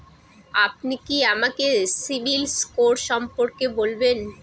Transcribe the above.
আপনি কি আমাকে সিবিল স্কোর সম্পর্কে বলবেন?